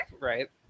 Right